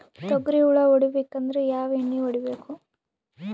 ತೊಗ್ರಿ ಹುಳ ಹೊಡಿಬೇಕಂದ್ರ ಯಾವ್ ಎಣ್ಣಿ ಹೊಡಿಬೇಕು?